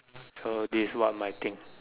so this one of my thing